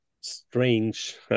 strange